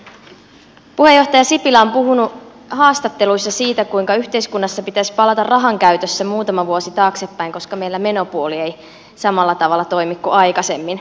puheenjohtaja sipilä on puhunut haastatteluissa siitä kuinka yhteiskunnassa pitäisi palata rahankäytössä muutama vuosi taaksepäin koska meillä menopuoli ei samalla tavalla toimi kuin aikaisemmin